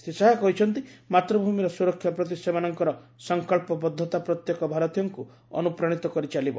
ଶ୍ରୀ ଶାହା କହିଛନ୍ତି ମାତୃଭୂମିର ସୁରକ୍ଷା ପ୍ରତି ସେମାନଙ୍କର ସଫକ୍ସବଦ୍ଧତା ପ୍ରତ୍ୟେକ ଭାରତୀୟଙ୍କୁ ଅନୁପ୍ରାଣୀତ କରି ଚାଲିବ